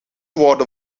worden